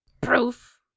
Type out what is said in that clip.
proof